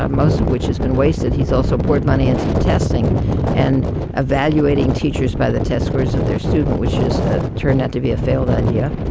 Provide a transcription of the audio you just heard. ah most of which has been wasted. he's also poured money into testing and evaluating teachers by the test scores of their student, which is ah turned out to be a failed idea.